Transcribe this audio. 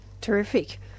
Terrific